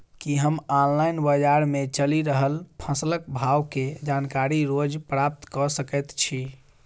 की हम ऑनलाइन, बजार मे चलि रहल फसलक भाव केँ जानकारी रोज प्राप्त कऽ सकैत छी?